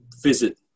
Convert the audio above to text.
visit